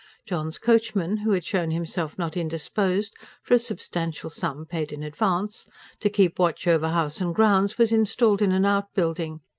john's coachman, who had shown himself not indisposed for a substantial sum, paid in advance to keep watch over house and grounds, was installed in an outbuilding,